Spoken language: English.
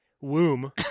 womb